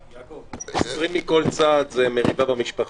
--- 20 מכל צד זו מריבה במשפחה,